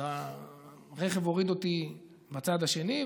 אז הרכב הוריד אותי בצד השני,